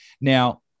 now